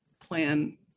plan